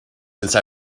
since